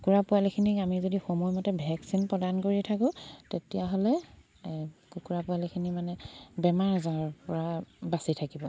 কুকুৰা পোৱালিখিনিক আমি যদি সময়মতে ভেকচিন প্ৰদান কৰি থাকোঁ তেতিয়াহ'লে কুকুৰা পোৱালিখিনি মানে বেমাৰ আজাৰৰ পৰা বাচি থাকিব